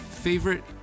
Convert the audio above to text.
favorite